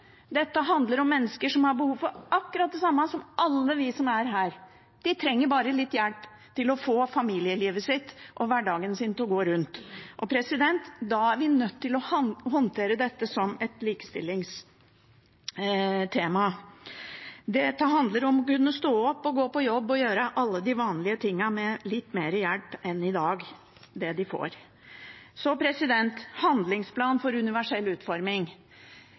dette handler om mennesker som har behov for akkurat det samme som alle vi som er her. De trenger bare litt hjelp til å få familielivet sitt og hverdagen sin til å gå rundt. Da er vi nødt til å håndtere dette som et likestillingstema. Dette handler om å kunne stå opp og gå på jobb og gjøre alle de vanlige tingene med litt mer hjelp enn det de får i dag. Så handlingsplan for universell utforming: